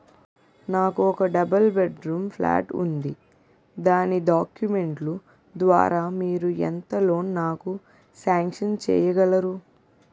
నాకు ఒక double bedroom flat ఉంది దాని డాక్యుమెంట్స్ లు ద్వారా మీరు ఎంత లోన్ నాకు సాంక్షన్ చేయగలరు?